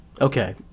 okay